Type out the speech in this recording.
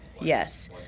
Yes